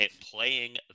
playing